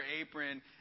apron